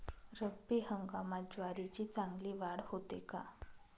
रब्बी हंगामात ज्वारीची चांगली वाढ होते का?